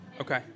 Okay